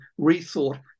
rethought